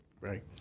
Right